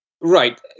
Right